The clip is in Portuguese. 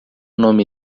nome